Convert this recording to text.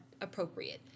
appropriate